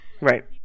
right